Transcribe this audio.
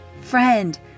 Friend